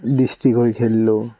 district হৈ খেলিলোঁ